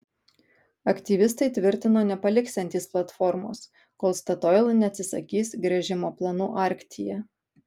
aktyvistai tvirtino nepaliksiantys platformos kol statoil neatsisakys gręžimo planų arktyje